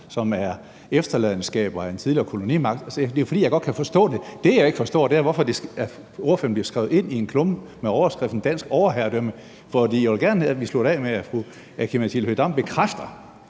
som er efterladenskaber efter en tidligere kolonimagt. Jeg kan godt forstå det. Det, jeg ikke forstår, er, hvorfor ordføreren skriver det i en klumme, hvor der i overskriften tales om dansk overherredømme. Jeg vil gerne have, at vi slutter af med, at fru Aki-Matilda Høegh-Dam bekræfter,